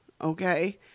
okay